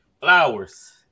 Flowers